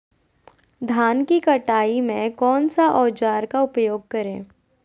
धान की कटाई में कौन सा औजार का उपयोग करे?